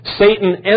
Satan